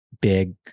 big